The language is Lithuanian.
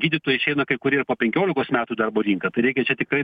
gydytojai išeina kai kurie ir po penkiolikos metų į darbo rinką tai reikia čia tikrai